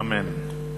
אמן.